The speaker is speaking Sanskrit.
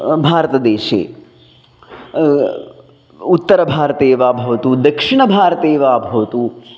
भारतदेशे उत्तरभारते वा भवतु दक्षिणभारते वा भवतु